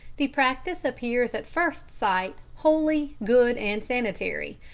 the practice appears at first sight wholly good and sanitary,